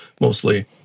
mostly